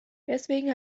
deswegen